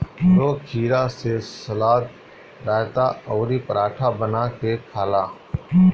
लोग खीरा से सलाद, रायता अउरी पराठा बना के खाला